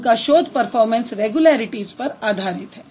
उनका शोध performance regularities पर आधारित है